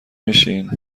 میشین